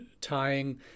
tying